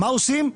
מה עושים?